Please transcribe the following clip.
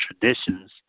traditions